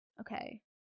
okay